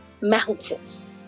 mountains